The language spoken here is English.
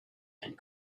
and